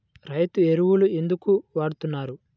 రైతు ఎరువులు ఎందుకు వాడుతున్నారు?